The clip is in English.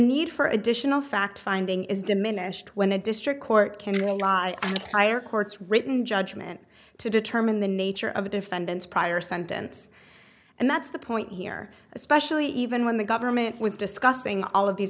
need for additional fact finding is diminished when a district court and higher courts written judgment to determine the nature of a defendant's prior sentence and that's the point here especially even when the government was discussing all of these